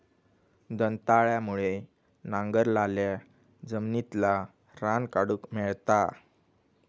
दंताळ्यामुळे नांगरलाल्या जमिनितला रान काढूक मेळता